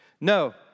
No